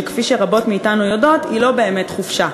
שכפי שרבות מאתנו יודעות היא לא באמת חופשה,